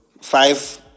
five